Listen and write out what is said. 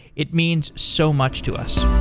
it means so much to us